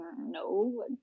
no